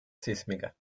sísmica